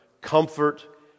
comfort